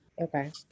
Okay